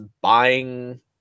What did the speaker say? buying